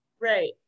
right